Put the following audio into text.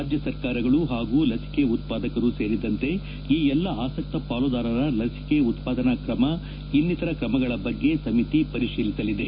ರಾಜ್ಯ ಸರ್ಕಾರಗಳು ಹಾಗೂ ಲಸಿಕೆ ಉತ್ಪಾದಕರು ಸೇರಿದಂತೆ ಈ ಎಲ್ಲ ಆಸಕ್ತ ಪಾಲುದಾರರ ಲಸಿಕೆ ಉತ್ಪಾದನಾ ಕ್ರಮ ಇನ್ನಿತರ ಕ್ರಮಗಳ ಬಗ್ಗೆ ಸಮಿತಿ ಪರಿಶೀಲಿಸಲಿದೆ